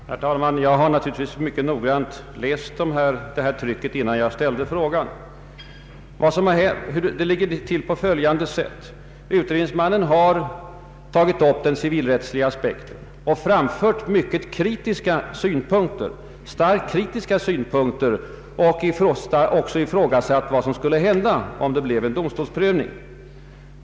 Herr talman! Jag har naturligtvis mycket noggrant läst det tryck det här gäller, innan jag ställde min fråga. De tre led det är fråga om är följande. För det första har utredningsmannen tagit upp den civilrättsliga aspekten och framfört starkt kritiska synpunkter och också ifrågasatt konsekvenserna för riksbanken vid en eventuell domstolsprövning.